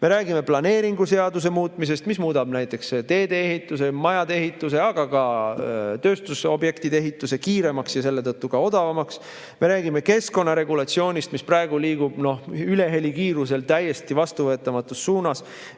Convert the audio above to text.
Me räägime planeeringuseaduse muutmisest, mis muudab näiteks tee-ehituse, majade ehituse, aga ka tööstusobjektide ehituse kiiremaks ja selle tõttu ka odavamaks. Me räägime keskkonnaregulatsioonist, mis praegu liigub, noh, ülehelikiirusel täiesti vastuvõetamatus suunas.